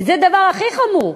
וזה הדבר הכי חמור.